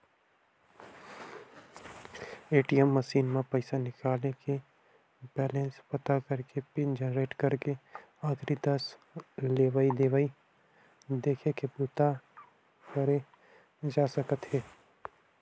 ATM machine म पइसा निकाले के, बेलेंस पता करे के, पिन जनरेट करे के, आखरी दस लेवइ देवइ देखे के बूता करे जा सकत हे